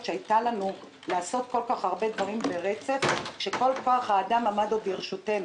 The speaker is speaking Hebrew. שהייתה לנו לעשות כל כך הרבה דברים ברצף כשכל כוח האדם עומד לרשותנו,